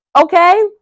Okay